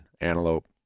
antelope